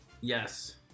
Yes